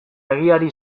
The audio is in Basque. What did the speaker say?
egiari